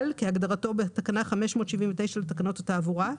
כהגדרתו בתקנה 579 לתקנות התעבורה,